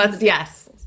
Yes